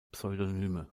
pseudonyme